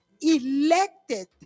elected